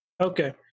Okay